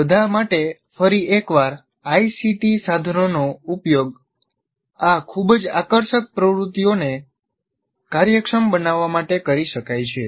આ બધા માટે ફરી એકવાર ICT સાધનોનો ઉપયોગ આ ખૂબ જ આકર્ષક પ્રવૃત્તિને કાર્યક્ષમ બનાવવા માટે કરી શકાય છે